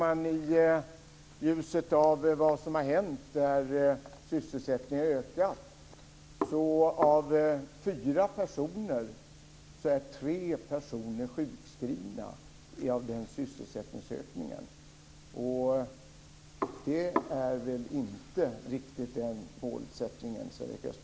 Av vad som har hänt där sysselsättningen har ökat vet vi att av fyra personer är tre sjukskrivna. Det är väl inte riktigt den målsättning Sven-Erik Österberg har haft?